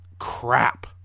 Crap